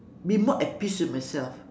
be more at peace with myself